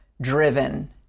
driven